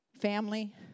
family